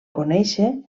conèixer